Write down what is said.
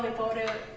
but voted